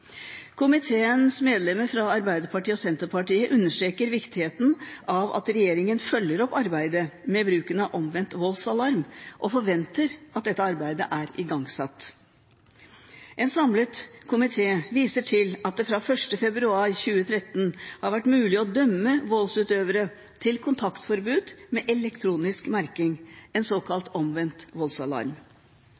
Komiteens medlemmer fra Arbeiderpartiet og Senterpartiet understreker viktigheten av at regjeringen følger opp arbeidet med bruken av omvendt voldsalarm, og forventer at dette arbeidet er igangsatt. En samlet komité viser til at det fra 1. februar 2013 har vært mulig å dømme voldsutøvere til kontaktforbud med elektronisk merking, en